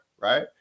right